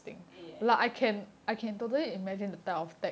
ya ya